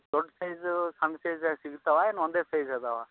ದೊಡ್ಡ ಸೈಜು ಸಣ್ಣ ಸೈಜ್ ಅಲ್ಲಿ ಸಿಗ್ತವ ನು ಒಂದೇ ಸೈಜ್ ಅದಾವ